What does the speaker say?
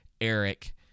Eric